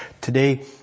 Today